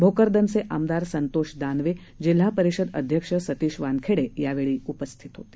भोकरदनचे आमदार संतोष दानवे जिल्हा परिषद अध्यक्ष सतीश वानखेडे यावेळी उपस्थित होते